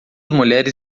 mulheres